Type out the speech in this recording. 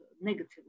negatively